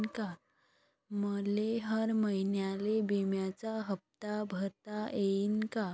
मले हर महिन्याले बिम्याचा हप्ता भरता येईन का?